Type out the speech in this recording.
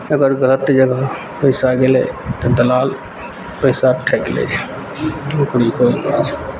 अगर गलत जगह पैसा गेलय तऽ दलाल पैसा ठकि लै छै नौकरीके